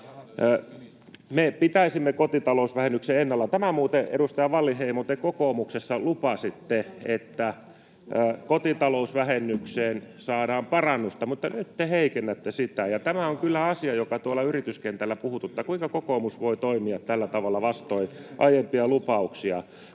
Me pitäisimme kotitalousvähennyksen ennallaan. — Tähän muuten, edustaja Wallinheimo, te kokoomuksessa lupasitte, että kotitalousvähennykseen saadaan parannusta, mutta nyt te heikennätte sitä. Tämä on kyllä asia, joka tuolla yrityskentällä puhututtaa. Kuinka kokoomus voi toimia tällä tavalla vastoin aiempia lupauksia?